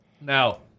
Now